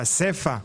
הסיפה,